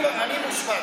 אני מושמץ.